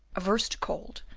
averse to cold,